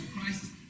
Christ